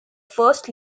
first